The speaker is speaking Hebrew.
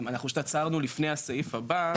אנחנו פשוט עצרנו לפני הסעיף הבא.